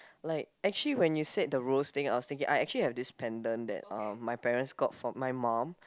like actually when you said the rose thing I was thinking I actually have this pendant that uh my parents got from my mum